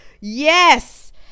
Yes